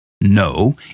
No